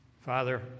Father